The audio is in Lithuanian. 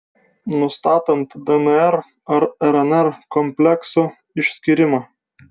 nustatant dnr ar rnr kompleksų išskyrimą